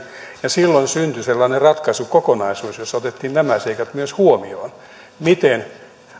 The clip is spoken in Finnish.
ja silloin syntyi sellainen ratkaisukokonaisuus jossa otettiin nämä seikat myös huomioon